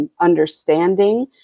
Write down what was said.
understanding